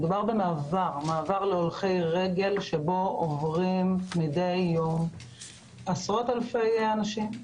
מדובר במעבר להולכי רגל שבו עוברים מידי יום עשרות אלפי אנשים.